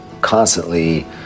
constantly